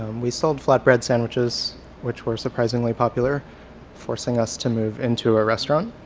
we sold flatbread sandwiches which were surprisingly popular forcing us to move into a restaurant.